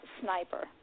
sniper